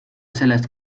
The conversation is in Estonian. sellest